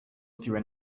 through